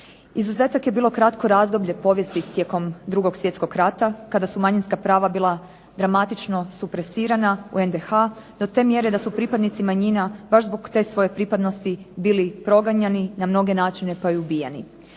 Izuzetak je bilo kratko razdoblje povijesti tijekom 2. Svjetskog rata kada su manjinska prava bila dramatično supresirana u NDH do te mjere da su pripadnici manjina baš zbog te svoje pripadnosti bili proganjani na mnoge načine pa i ubijani.